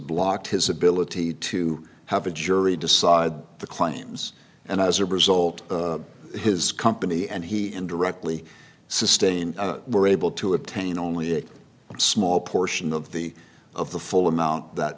blocked his ability to have a jury decide the claims and as a result his company and he and directly sustain were able to obtain only a small portion of the of the full amount that